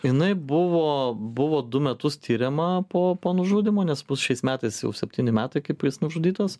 jinai buvo buvo du metus tiriama po po nužudymo nes bus šiais metais jau septyni metai kaip jis nužudytas